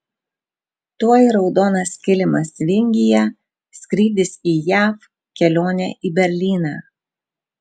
tuoj raudonas kilimas vingyje skrydis į jav kelionė į berlyną